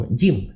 gym